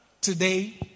today